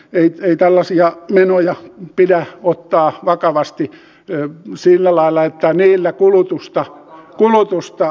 ei tällaisia menoja pidä ottaa vakavasti sillä lailla että niillä kulutusta ruokitaan